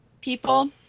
people